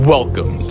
Welcome